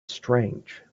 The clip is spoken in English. strange